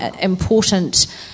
important